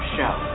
Show